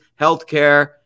healthcare